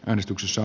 äänestyksessä